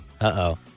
Uh-oh